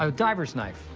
a divers knife.